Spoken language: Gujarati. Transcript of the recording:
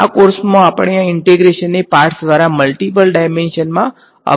આ કોર્સમાં આપણે આ ઈંટેગ્રેશનને પાર્ટસ દ્વારા મલ્ટીપલ ડાઈમેંશન માં અપગ્રેડ કરવા જઈ રહ્યા છીએ